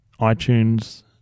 iTunes